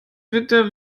winter